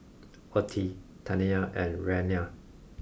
Ottie Taniya and Rayna